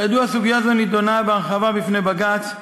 כידוע, סוגיה זו נדונה בהרחבה בפני בג"ץ,